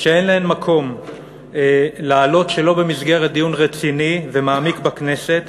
שאין מקום להעלותן שלא במסגרת דיון רציני ומעמיק בכנסת,